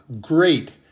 Great